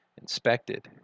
inspected